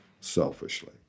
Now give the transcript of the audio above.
selfishly